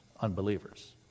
unbelievers